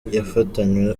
yafatanywe